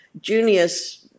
Junius